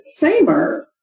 FAMER